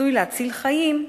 עשוי להציל חיים,